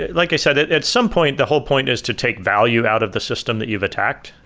like i said, at some point the whole point is to take value out of the system that you've attacked.